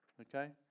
Okay